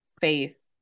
faith